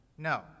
No